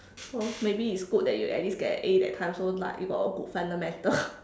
so maybe it's good that you at least get a A that time so like you got a good fundamental